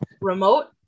remote